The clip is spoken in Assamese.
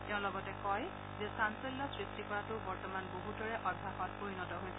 তেওঁ লগতে কয় যে চাঞ্চল্য সৃষ্টি কৰাতো বৰ্তমান বহুতৰে অভ্যাসত পৰিণত হৈছে